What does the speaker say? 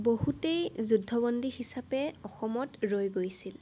বহুতেই যুদ্ধবন্দী হিচাপে অসমত ৰৈ গৈছিল